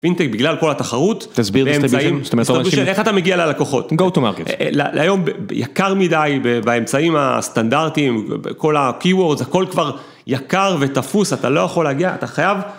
בגלל כל התחרות, באמצעים, איך אתה מגיע ללקוחות, -go to market. -היום יקר מדי באמצעים הסטנדרטיים, כל ה-Qwords, הכול כבר יקר ותפוס, אתה לא יכול להגיע, אתה חייב.